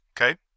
Okay